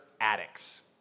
addicts